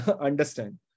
understand